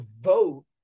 vote